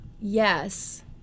yes